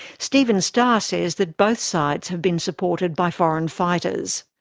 stephen starr says that both sides have been supported by foreign fighters.